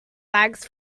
bags